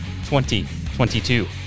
2022